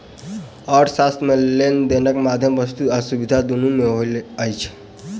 अर्थशास्त्र मे लेन देनक माध्यम वस्तु आ सुविधा दुनू मे होइत अछि